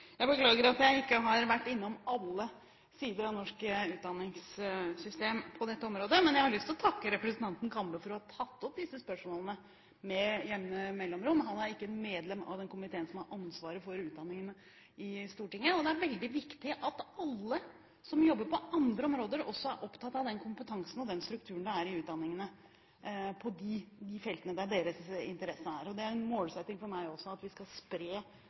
Jeg beklager at jeg ikke har vært innom alle sider av det norske utdanningssystemet på dette området, men jeg har lyst til å takke representanten Kambe for å ha tatt opp disse spørsmålene med jevne mellomrom. Han er ikke medlem av den komiteen på Stortinget som har ansvaret for utdanningen, og det er veldig viktig at alle som jobber på andre områder, også er opptatt av kompetansen og strukturen i utdanningene på de feltene de er interessert i. Det er en målsetting for meg også at vi skal spre